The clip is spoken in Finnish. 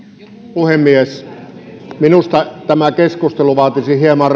puhemies minusta tämä keskustelu vaatisi hieman